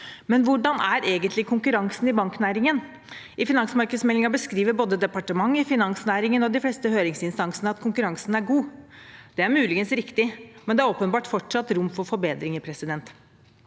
Hvordan er egentlig konkurransen i banknæringen? I finansmarkedsmeldingen skriver både departementet, finansnæringen og de fleste høringsinstansene at konkurransen er god. Det er muligens riktig, men det er åpenbart fortsatt rom for forbedringer. Blant